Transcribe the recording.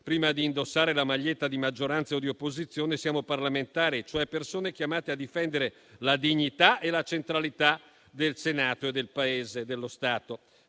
Prima di indossare la maglietta di maggioranza o di opposizione, siamo parlamentari, cioè persone chiamate a difendere la dignità e la centralità del Senato, del Paese e dello Stato.